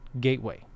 gateway